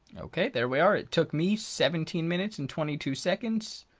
okay there we are it took me seventeen minutes and twenty two seconds.